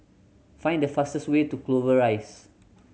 find the fastest way to Clover Rise